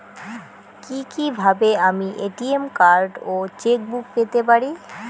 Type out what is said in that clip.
কি কিভাবে আমি এ.টি.এম কার্ড ও চেক বুক পেতে পারি?